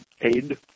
aid